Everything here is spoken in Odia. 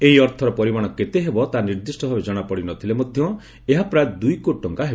ଏହି ଅର୍ଥର ପରିମାଣ କେତେ ହେବ ତାହା ନିର୍ଦ୍ଦିଷ୍ଟ ଭାବେ ଜଣାପଡ଼ିନଥିଲେ ମଧ୍ୟ ଏହା ପ୍ରାୟ ଦୁଇକୋଟି ଟଙ୍କା ହେବ